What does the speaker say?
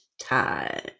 time